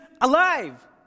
alive